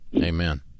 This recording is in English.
Amen